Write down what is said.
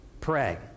pray